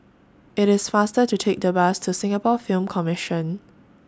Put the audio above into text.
IT IS faster to Take The Bus to Singapore Film Commission